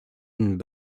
and